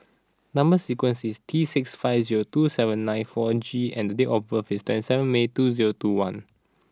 number sequence is T six five zero two seven nine four G and the date of birth is twenty seven May two zero two one